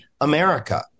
America